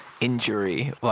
injury